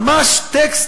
ממש טקסט,